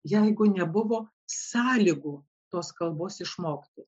jeigu nebuvo sąlygų tos kalbos išmokti